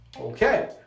Okay